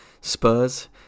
Spurs